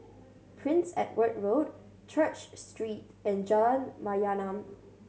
Prince Edward Road Church Street and Jalan Mayaanam